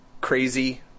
Crazy